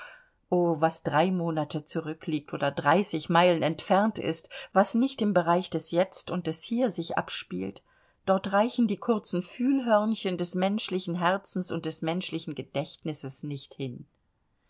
was drei monate zurückliegt oder dreißig meilen entfernt ist was nicht im bereich des jetzt und des hier sich abspielt dort reichen die kurzen fühlhörnchen des menschlichen herzens und des menschlichen gedächtnisses nicht hin